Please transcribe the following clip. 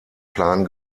plan